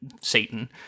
Satan